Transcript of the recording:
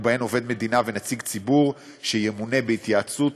ובהם עובד מדינה ונציג ציבור שימונה בהתייעצות